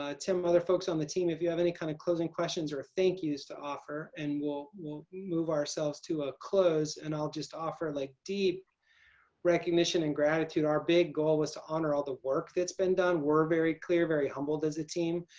ah tim and other folks on the team if you have any kind of closing questions or thank-yous to offer and we'll we'll move ourselves to a close. and i'll just offer like deep recognition and gratitude. our big was to honor all the work that's been done. we're very clear. very humbled as a team.